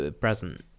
present